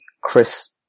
Chris